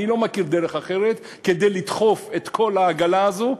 אני לא מכיר דרך אחרת כדי לדחוף את כל העגלה הזו.